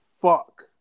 fuck